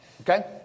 Okay